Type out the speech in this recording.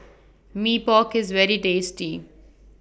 Mee Pok IS very tasty